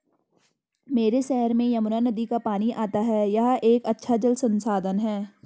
मेरे शहर में यमुना नदी का पानी आता है यह एक अच्छा जल संसाधन है